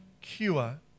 cure